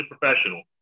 professional